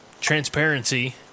transparency